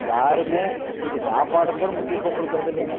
யாருமே இன்றைக்கி சாப்பாடுக்குங்கூட முக்கியத்துவம் கொடுக்குறதில்லிங்க